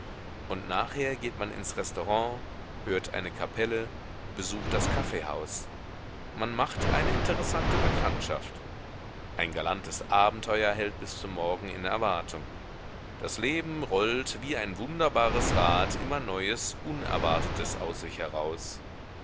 und nachher geht man ins restaurant hört eine kapelle besucht das kaffeehaus man macht eine interessante bekanntschaft ein galantes abenteuer hält bis zum morgen in erwartung das leben rollt wie ein wunderbares rad immer neues unerwartetes aus sich heraus